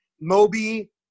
Moby